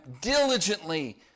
diligently